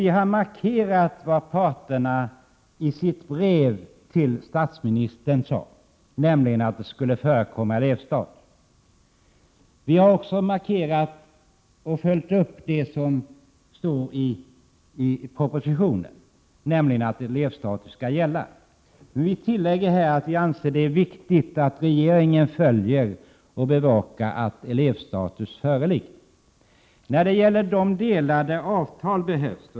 Vi har markerat vad parterna sade i sitt brev till statsministern, nämligen att elevstatus skulle föreligga. Vi har också markerat och följt upp det som står i propositionen om att elevstatus skall gälla, men vi tillägger att vi anser det vara viktigt att regeringen följer och bevakar att elevstatus föreligger. Vilka avtal behövs?